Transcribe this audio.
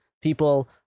people